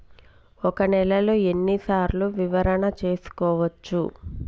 ఒక నెలలో ఎన్ని సార్లు వివరణ చూసుకోవచ్చు?